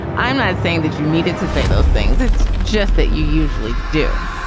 i'm not saying that you needed to say those things. it's just that you usually do.